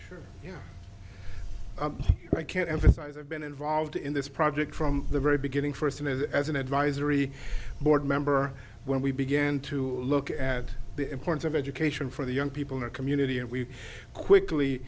know i can't emphasize i've been involved in this project from the very beginning first as an advisory board member when we began to look at the importance of education for the young people in our community and we quickly